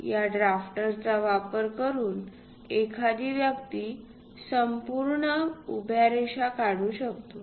या ड्राफ्टरचा वापर करून एखादी व्यक्ती संपूर्ण उभ्या रेषा काढू शकतो